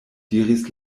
diris